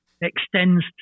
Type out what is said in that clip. extends